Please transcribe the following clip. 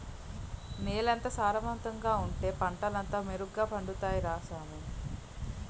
నేలెంత సారవంతంగా ఉంటే పంటలంతా మెరుగ్గ పండుతాయ్ రా సామీ